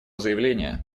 заявление